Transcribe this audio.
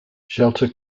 shelter